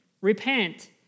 repent